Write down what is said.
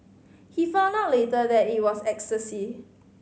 he found out later that it was ecstasy